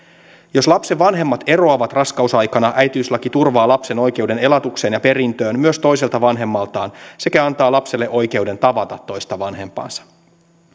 jos lapsen vanhemmat eroavat raskausaikana äitiyslaki turvaa lapsen oikeuden elatukseen ja perintöön myös toiselta vanhemmaltaan sekä antaa lapselle oikeuden tavata toista vanhempaansa